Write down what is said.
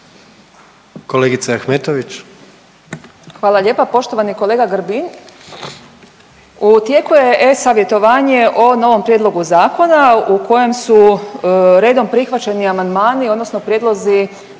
Mirela (SDP)** Hvala lijepa. Poštovani kolega Grbin, u tijeku je e-savjetovanje o novom prijedlogu zakona u kojem su redom prihvaćeni amandmani odnosno prijedlozi